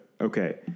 Okay